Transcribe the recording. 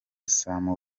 sam